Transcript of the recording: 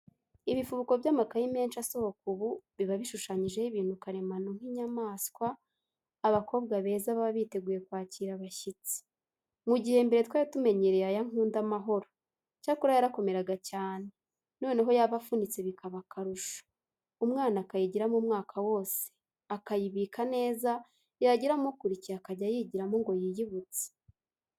Ibifubiko by'amakayi menshi asohoka ubu, biba bishushanyijeho ibintu karemano nk'inyamaswa, abakobwa beza baba biteguye kwakira abashyitsi; mu gihe mbere twari tumenyereya aya nkundamahoro; cyakora yarakomeraga cyane, noneho yaba afunitse bikaba akarusho, umwana akayigiramo umwaka wose, akayibika neza yagera mu ukurikiye iakajya ayigiramo ngo yiyibutse.